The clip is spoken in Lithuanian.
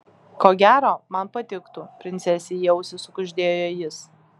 ko gero man patiktų princesei į ausį sukuždėjo jis